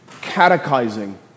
catechizing